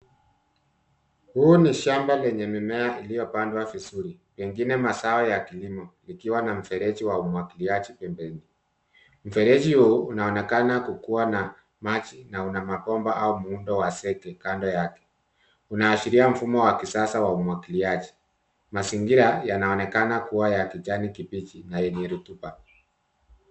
Huu ni shamba lenye mimea iliopandwa vizuri pengine mazao ya kilimo ikiwa na mfereji wa umwagiliaji pembeni. Mfereji huu unaonekana kukuwa na maji na una mabomba au muundo wa zege kando yake. Unaashiria mfumo wa kisasa wa umwagiliaji. Mazingira yanaonekana kuwa ya kijani kibichi na yenye rutuba.